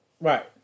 Right